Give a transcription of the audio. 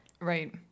right